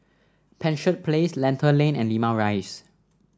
Penshurst Place Lentor Lane and Limau Rise